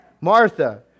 Martha